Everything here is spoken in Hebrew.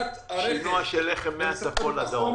שינוע של לחם מהצפון לדרום.